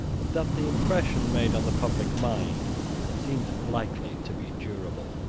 and that the impression made on the public mind seemed likely to be durable.